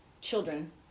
children